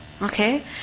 Okay